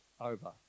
over